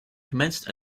commenced